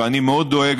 ואני מאוד דואג,